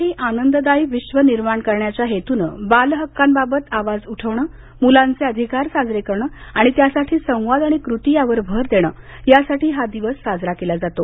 मुलांसाठी आनंददायी विश्व निर्माण करण्याच्या हेतूनं बाल हक्कांबाबत आवाज उठवणं मुलांचे अधिकार साजरे करणं आणि त्यासाठी संवाद आणि कृती यावर भर देणं यासाठी हा दिवस साजरा केला जातो